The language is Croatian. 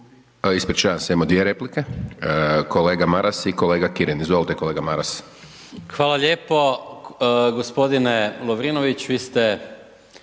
ispričavam se imamo 2 replike, kolega Maras i kolega Kirin, izvolite kolega Maras. **Maras, Gordan (SDP)** Hvala lijepo gospodine Lovrinović,